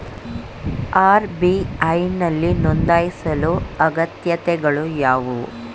RBI ನಲ್ಲಿ ನೊಂದಾಯಿಸಲು ಅಗತ್ಯತೆಗಳು ಯಾವುವು?